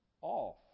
off